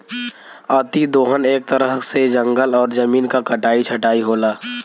अति दोहन एक तरह से जंगल और जमीन क कटाई छटाई होला